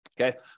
okay